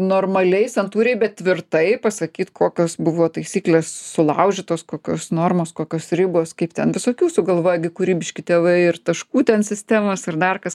normaliai santūriai bet tvirtai pasakyt kokios buvo taisyklės sulaužytos kokios normos kokios ribos kaip ten visokių sugalvoja gi kūrybiški tėvai ir taškų ten sistemas ir dar kas